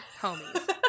homies